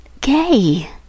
gay